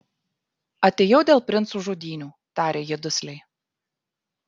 atėjau dėl princų žudynių tarė ji dusliai